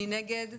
מי נגד?